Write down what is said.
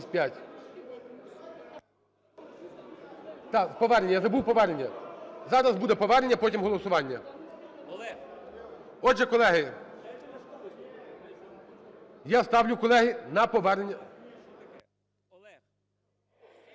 За-205 Повернення, я забув повернення. Зараз буде повернення, а потім голосування. Отже, колеги, я ставлю, колеги, на повернення.